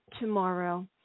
tomorrow